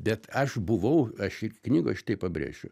bet aš buvau aš ir knygoj štai pabrėšiu